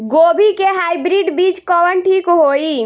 गोभी के हाईब्रिड बीज कवन ठीक होई?